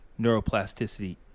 neuroplasticity